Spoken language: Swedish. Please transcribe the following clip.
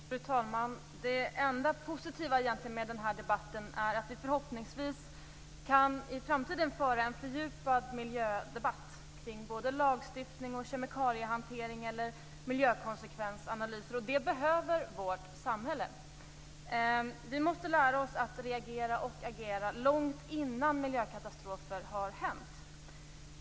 Fru talman! Det enda positiva med den här debatten är att vi förhoppningsvis i framtiden kan föra en fördjupad miljödebatt kring både lagstiftning, kemikaliehantering och miljökonsekvensanalyser. Det behöver vårt samhälle. Vi måste lära oss att reagera och agera långt innan miljökatastrofer har hänt.